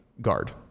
guard